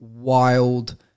wild